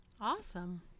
Awesome